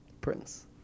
Prince